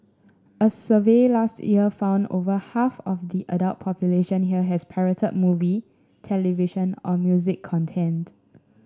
a survey last year found over half of the adult population here has pirated movie television or music content